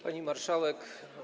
Pani Marszałek!